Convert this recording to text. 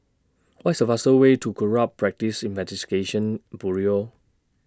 What IS The fastest Way to Corrupt Practices Investigation Bureau